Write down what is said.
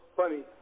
funny